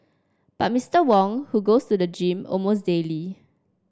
but Mister Wong who goes to the gym almost daily